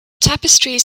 tapestries